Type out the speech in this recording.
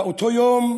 באותו יום